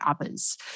others